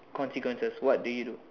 consequences what do you do